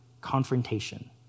confrontation